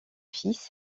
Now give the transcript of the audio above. fils